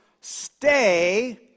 stay